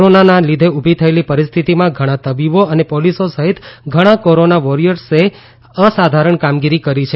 કોરોનાના લીધે ઉભી થયેલી પરિસ્થિતિમાં ઘણા તબીબો અને પોલીસો સહિત ઘણા કોરોના વોરીયર્સે અસાધારણ કામગીરી કરી છે